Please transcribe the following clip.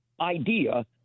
idea